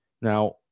now